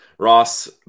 Ross